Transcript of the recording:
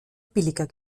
billiger